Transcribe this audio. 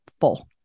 full